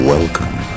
Welcome